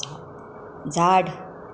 झाड